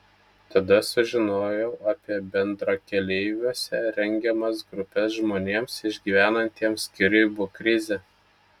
tada sužinojau apie bendrakeleiviuose rengiamas grupes žmonėms išgyvenantiems skyrybų krizę